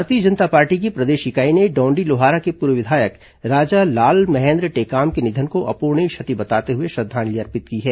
भारतीय जनता पार्टी की प्रदेश इकाई ने डौंडीलोहारा के पूर्व विधायक राजा लाल महेन्द्र टेकाम के निधन को अपूरणीय क्षति बताते हुए श्रद्धांजलि अर्पित की है